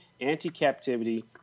anti-captivity